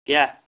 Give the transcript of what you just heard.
کیٛاہ